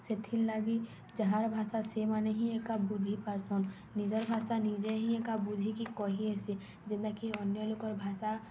ସେଥିର୍ ଲାଗି ଯାହାର୍ ଭାଷା ସେମାନେ ହିଁ ଏକା ବୁଝି ପାର୍ସନ୍ ନିଜର୍ ଭାଷା ନିଜେ ହିଁ ଏକା ବୁଝିକି କହିହେସି ଯେନ୍ତାକି ଅନ୍ୟ ଲୋକର୍ ଭାଷା